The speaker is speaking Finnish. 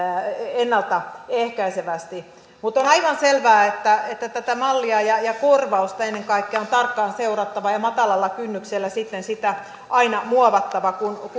ennalta ehkäisevästi mutta on aivan selvää että tätä mallia ja ja korvausta ennen kaikkea on tarkkaan seurattava ja matalalla kynnyksellä sitten sitä aina muovattava kun